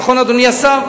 נכון, אדוני השר?